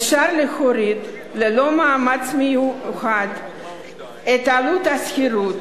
אפשר להוריד ללא מאמץ מיוחד את עלות השכירות